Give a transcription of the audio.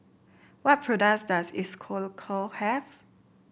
what products does Isocal have